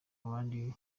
abandi